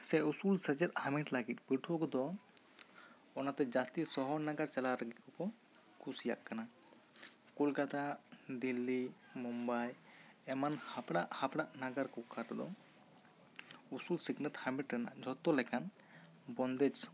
ᱥᱮ ᱩᱥᱩᱞ ᱥᱮᱪᱮᱫ ᱦᱟᱢᱮᱴ ᱞᱟᱹᱜᱤᱫ ᱯᱟᱹᱴᱷᱩᱣᱟᱹ ᱠᱚᱫᱚ ᱚᱱᱟ ᱛᱮ ᱡᱟᱹᱥᱛᱤ ᱥᱚᱦᱚᱨ ᱱᱟᱜᱟᱨ ᱪᱟᱞᱟᱣ ᱨᱮᱜᱮ ᱠᱚ ᱠᱩᱥᱤᱭᱟᱜ ᱠᱟᱱᱟ ᱠᱳᱞᱠᱟᱛᱟ ᱫᱤᱞᱞᱤ ᱢᱩᱢᱵᱟᱭ ᱮᱢᱟᱱ ᱦᱟᱯᱲᱟᱜ ᱦᱟᱯᱲᱟᱜ ᱱᱟᱜᱟᱨ ᱴᱚᱴᱷᱟ ᱠᱚᱫᱚ ᱩᱥᱩᱞ ᱥᱤᱠᱷᱱᱟᱹᱛ ᱦᱟᱢᱮᱴ ᱨᱮᱱᱟᱜ ᱡᱚᱛᱚ ᱞᱮᱠᱟᱱ ᱵᱚᱱᱫᱮᱡᱽ